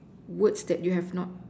words that you have not